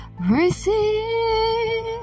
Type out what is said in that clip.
Receive